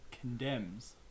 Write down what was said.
condemns